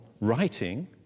writing